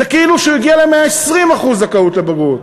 זה כאילו שהוא הגיע ל-120% זכאות לבגרות.